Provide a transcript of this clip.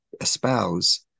espouse